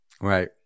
Right